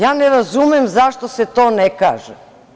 Ja ne razumem zašto se to ne kaže.